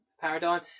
paradigm